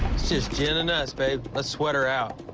just jen and us, babe. let's sweat her out.